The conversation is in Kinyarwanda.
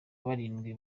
barindwi